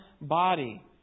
body